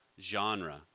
genre